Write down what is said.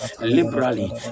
liberally